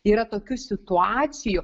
yra tokių situacijų